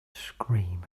scream